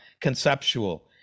conceptual